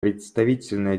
представительная